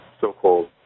so-called